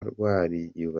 rwariyubatse